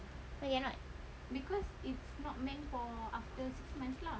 why cannot